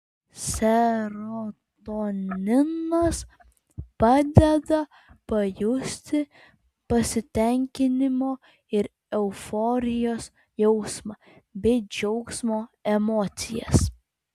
serotoninas padeda pajusti pasitenkinimo ir euforijos jausmą bei džiaugsmo emocijas